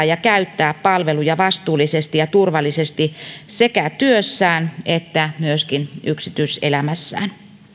ja käyttää palveluja vastuullisesti ja turvallisesti sekä työssään että myöskin yksityiselämässään